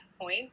point